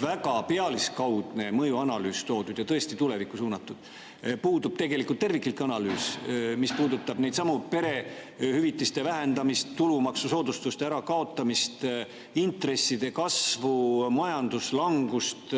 väga pealiskaudne mõjuanalüüs, mis on tõesti tulevikku suunatud, kuid puudub tegelikult terviklik analüüs, mis puudutab sedasama: perehüvitiste vähendamist, tulumaksusoodustuste ärakaotamist, intresside kasvu, majanduslangust,